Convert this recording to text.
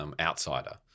outsider